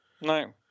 No